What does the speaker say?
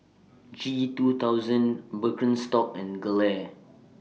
G two thousand Birkenstock and Gelare